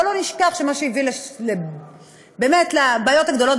בואו לא נשכח שמה שהביא באמת לבעיות הגדולות